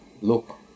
look